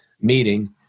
meeting